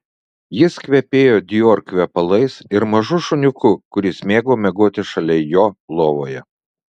jis kvepėjo dior kvepalais ir mažu šuniuku kuris mėgo miegoti šalia jo lovoje